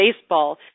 baseball